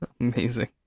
Amazing